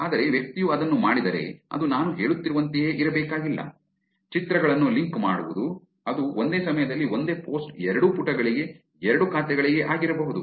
ಆದರೆ ವ್ಯಕ್ತಿಯು ಅದನ್ನು ಮಾಡಿದರೆ ಅದು ನಾನು ಹೇಳುತ್ತಿರುವಂತೆಯೇ ಇರಬೇಕಾಗಿಲ್ಲ ಚಿತ್ರಗಳನ್ನು ಲಿಂಕ್ ಮಾಡುವುದು ಅದು ಒಂದೇ ಸಮಯದಲ್ಲಿ ಒಂದೇ ಪೋಸ್ಟ್ ಎರಡೂ ಪುಟಗಳಿಗೆ ಎರಡೂ ಖಾತೆಗಳಿಗೆ ಆಗಿರಬಹುದು